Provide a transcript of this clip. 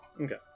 Okay